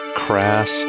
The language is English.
crass